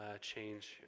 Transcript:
change